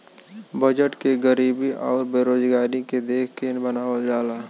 budget के गरीबी आउर बेरोजगारी के देख के बनावल जाला